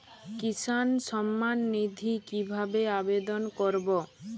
কিষান সম্মাননিধি কিভাবে আবেদন করব?